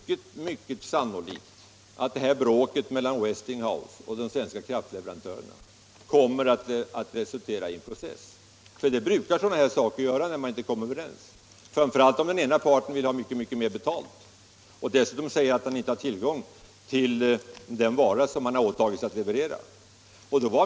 Det är mycket sannolikt att bråket mellan Westinghouse och den svenska kraftleverantören kommer att resultera i en process — det brukar sådana här angelägenheter göra när man inte kommer överens, framför allt om den ena parten vill ha mycket mer betalt än överenskommet och dessutom säger att han inte har tillgång till den vara som han åtagit sig att leverera.